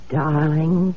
darling